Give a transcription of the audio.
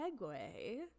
segue